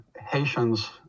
Haitians